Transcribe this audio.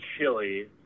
Chili